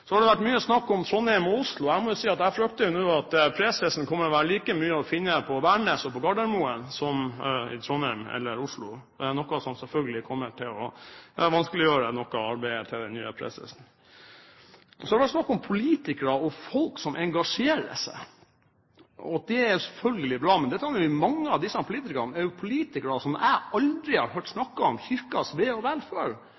Så har det vært mye snakk om Trondheim og Oslo. Jeg må si at jeg frykter nå at presesen kommer til å være like mye å finne på Værnes og på Gardermoen, som i Trondheim eller Oslo. Det er noe som selvfølgelig kommer til å vanskeliggjøre noe av arbeidet til den nye presesen. Så har det vært snakk om politikere og folk som engasjerer seg. Det er selvfølgelig bra, men mange av disse politikerne er politikere som jeg aldri har hørt